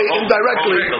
indirectly